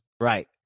Right